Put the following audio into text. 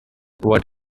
what